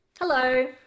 hello